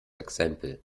exempel